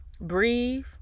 breathe